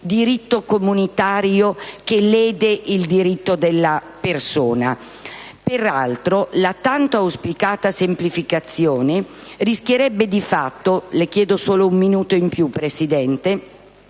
diritto comunitario che lede il diritto della persona? Peraltro, la tanto auspicata semplificazione rischierebbe, di fatto, di sortire - le chiedo un minuto in più, Presidente